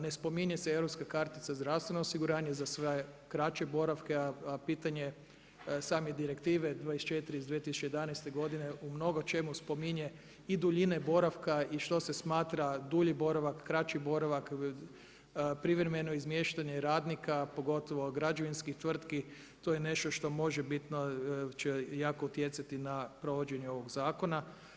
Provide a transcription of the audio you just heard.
Ne spominje se europska kartica za zdravstveno osiguranje za sve kraće boravke a pitanje same direktive 24 iz 2011. godine u mnogo čemu spominje i duljine boravka i što se smatra dulji boravak, kraći boravak, privremeno izmještanje radnika pogotovo građevinskih tvrtki, to je nešto što možebitno će jako utjecati na provođenje ovog zakona.